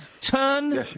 Turn